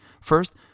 First